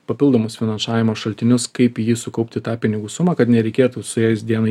papildomus finansavimo šaltinius kaip į jį sukaupti tą pinigų sumą kad nereikėtų suėjus dienai